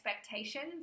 expectations